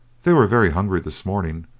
they were very hungry this morning,